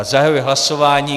Zahajuji hlasování.